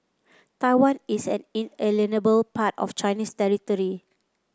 Taiwan is an inalienable part of Chinese territory